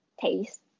taste